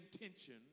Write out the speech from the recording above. intention